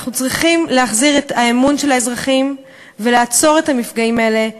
אנחנו צריכים להחזיר את האמון של האזרחים ולעצור את המפגעים האלה במהרה.